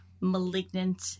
malignant